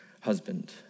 husband